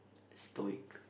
stoic